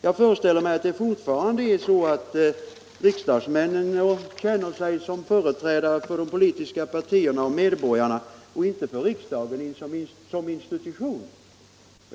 Jag föreställer mig att det fortfarande är så att riksdagsmännen känner sig som företrädare för de politiska partierna och medborgarna, inte för riksdagen som institution.